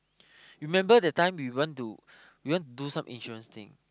remember that time you want to you want to do some insurance thing